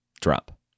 drop